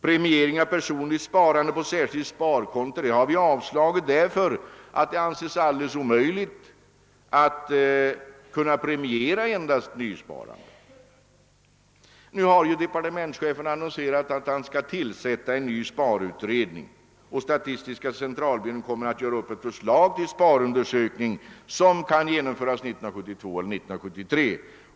Vad beträffar premiering av sparande på särskilt sparkonto har riksdagen avslagit förslag härom, därför att det anses alldeles omöjligt att kunna premiera endast nysparande. Nu har ju departementschefen aviserat, att han skall tillsätta en ny sparut redning, och statistiska centralbyrån komumner att göra upp ett förslag till sparundersökning som kan genomföras 1972 eller 1973.